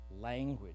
language